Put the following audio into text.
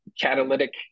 catalytic